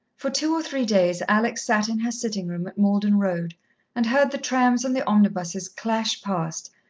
for two or three days alex sat in her sitting-room at malden road and heard the trams and the omnibuses clash past,